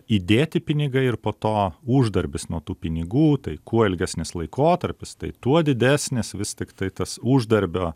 įdėti pinigai ir po to uždarbis nuo tų pinigų tai kuo ilgesnis laikotarpis tai tuo didesnis vis tiktai tas uždarbio